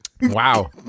Wow